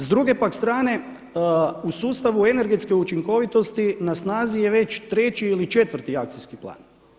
S druge pak strane u sustavu energetske učinkovitosti na snazi je već 3. ili 4. akcijski plan.